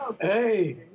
Hey